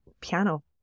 piano